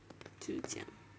就这样